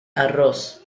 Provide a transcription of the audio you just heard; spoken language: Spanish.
arroz